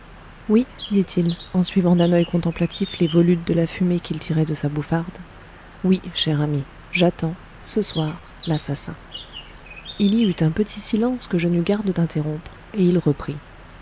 oui dit-il en suivant d'un œil contemplateur les volutes de la fumée qu'il tirait de sa bouffarde oui cher ami j'attends ce soir l'assassin il y eut un petit silence que je n'eus garde d'interrompre et il reprit